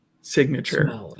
signature